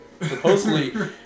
supposedly